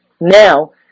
now